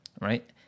right